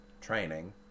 training